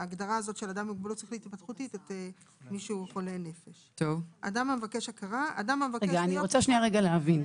והמוגבלות שלהם מונעת מהם כרגע את ההתנהלות על פי כל האמות,